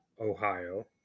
Ohio